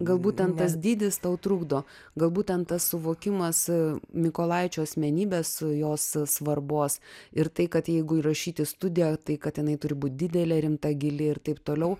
galbūt ten tas dydis tau trukdo gal būtent ten tas suvokimas mykolaičio asmenybės jos svarbos ir tai kad jeigu įrašyti studiją tai katinai turi būti didelė rimta gili ir taip toliau